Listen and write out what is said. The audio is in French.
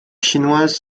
chinoise